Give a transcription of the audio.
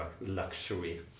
luxury